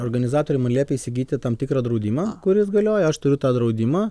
organizatoriam liepia įsigyti tam tikrą draudimą kuris galioja aš turiu tą draudimą